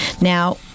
Now